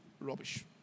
rubbish